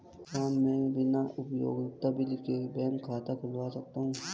क्या मैं बिना उपयोगिता बिल के बैंक खाता खोल सकता हूँ?